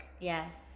Yes